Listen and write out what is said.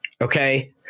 Okay